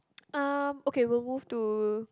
uh okay we'll move to